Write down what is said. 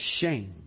shame